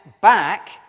back